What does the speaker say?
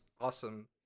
awesome